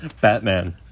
Batman